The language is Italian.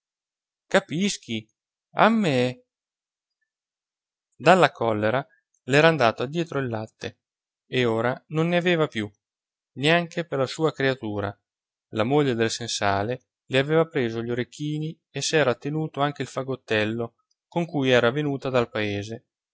capischi a me dalla collera le era andato addietro il latte e ora non ne aveva più neanche per la sua creatura la moglie del sensale le aveva preso gli orecchini e s'era tenuto anche il fagottello con cui era venuta dal paese